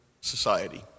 society